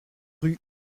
rue